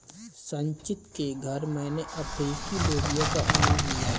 संचित के घर मैने अफ्रीकी लोबिया का आनंद लिया